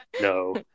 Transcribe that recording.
no